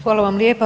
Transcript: Hvala vam lijepa.